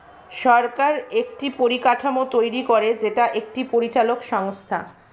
সরকার একটি পরিকাঠামো তৈরী করে যেটা একটি পরিচালক সংস্থা